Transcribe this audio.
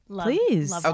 Please